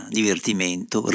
divertimento